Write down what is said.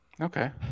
Okay